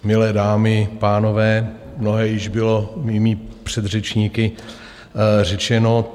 Milé dámy, pánové, mnohé již bylo mými předřečníky řečeno.